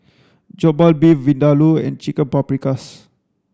Jokbal Beef Vindaloo and Chicken Paprikas